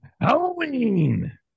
Halloween